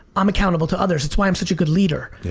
i'm accountable to others. that's why i'm such a good leader. yeah.